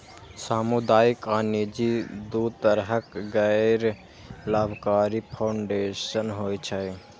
सामुदायिक आ निजी, दू तरहक गैर लाभकारी फाउंडेशन होइ छै